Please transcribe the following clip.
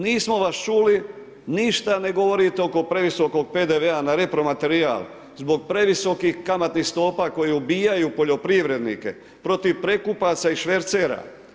Nismo vas čuli, ništa ne govorite oko previsokog PDV-a na repromaterijal, zbog previsokih kamatnih stopa koje ubijaju poljoprivrednike, protiv prekupaca i švercera.